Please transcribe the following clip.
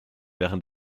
während